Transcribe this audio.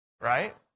right